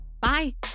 Bye